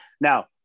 Now